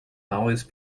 always